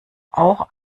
auch